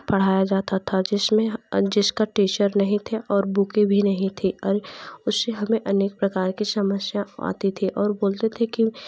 पढ़ाया जाता था जिसमे जिसका टीचर नहीं थे और बुकें भी नहीं थी और उससे हमें अनेक प्रकार की समस्या आती थी और बोलते थे कि